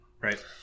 Right